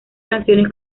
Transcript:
canciones